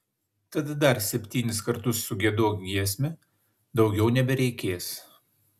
tad dar septynis kartus sugiedok giesmę daugiau nebereikės